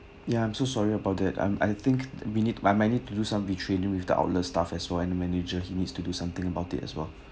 ya I'm so sorry about that um I think we nee I might need to do some retraining with the outlet staff as well and the manager he needs to do something about it as well